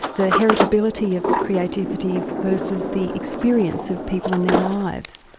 the heritability of creativity versus the experience of people in their lives.